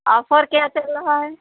offer क्या चल रहा है